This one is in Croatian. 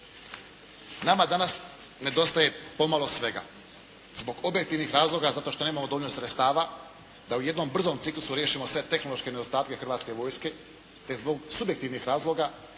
Nama danas nedostaje pomalo svega. Zbog objektivnih razloga zato što nemamo dovoljno sredstava da u jednom brzom ciklusu riješimo sve tehnološke nedostatke Hrvatske vojske te zbog subjektivnih razloga